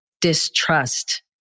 distrust